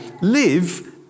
live